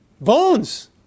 Bones